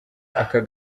ako